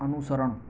અનુસરણ